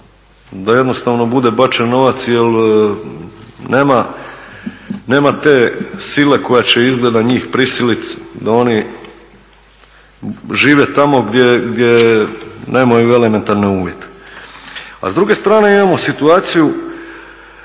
da jednostavno bude bačen novac jer nema te sile koja će izgleda njih prisiliti da oni žive tamo gdje nemaju elementarne uvjete. A s druge strane imamo situaciju